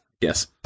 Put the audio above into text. Yes